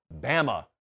Bama